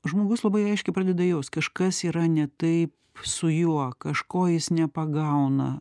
žmogus labai aiškiai pradeda jaust kažkas yra ne taip su juo kažko jis nepagauna